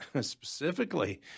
specifically